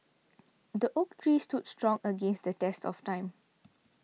the oak tree stood strong against the test of time